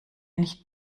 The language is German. nicht